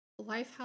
lifehouse